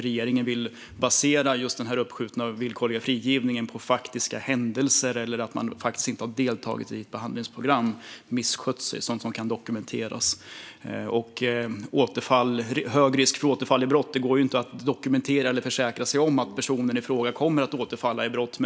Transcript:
Regeringen vill basera den uppskjutna villkorliga frigivningen på faktiska händelser, på att man inte har deltagit i ett behandlingsprogram eller på att man har misskött sig - sådant som kan dokumenteras. När det gäller hög risk för återfall i brott går det ju inte att dokumentera eller att försäkra sig om att personen i fråga kommer att återfalla i brott.